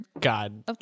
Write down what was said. God